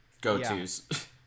go-tos